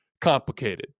complicated